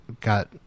got